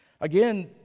Again